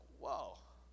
whoa